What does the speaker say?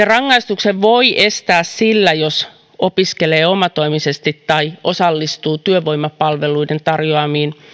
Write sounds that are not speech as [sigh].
[unintelligible] rangaistuksen voi estää sillä jos opiskelee omatoimisesti tai osallistuu työvoimapalveluiden tarjoamille